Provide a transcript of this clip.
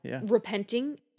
repenting